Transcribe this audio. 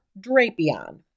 Drapion